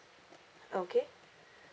okay